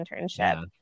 internship